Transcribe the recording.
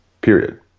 period